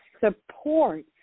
support